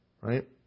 right